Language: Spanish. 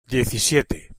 diecisiete